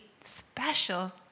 special